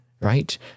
right